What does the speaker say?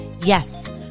Yes